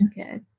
okay